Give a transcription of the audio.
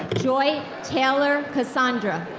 joy taylor cassandra.